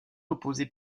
opposé